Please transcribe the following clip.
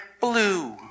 blue